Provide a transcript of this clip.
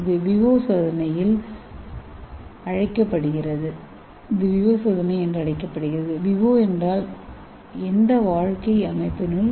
இது விவோ சோதனையில் அழைக்கப்படுகிறது விவோ என்றால் எந்த வாழ்க்கை அமைப்பினுள்